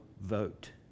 vote